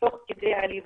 תוך כדי הליווי,